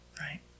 right